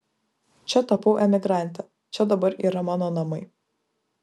čia tapau emigrante čia dabar yra mano namai